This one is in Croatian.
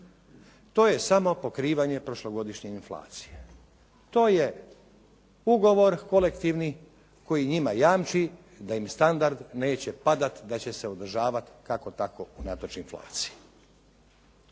To je samo pokrivanje prošlogodišnje inflacije. To je ugovor kolektivni koji njima jamči da im standard neće padat, da će se održavat kako tako unatoč inflaciji.